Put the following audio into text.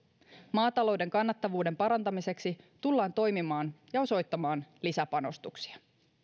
maatalouden kannattavuuden parantamiseksi tullaan toimimaan ja osoittamaan lisäpanostuksia